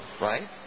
right